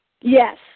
Yes